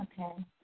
Okay